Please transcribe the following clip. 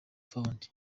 fund